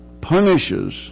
punishes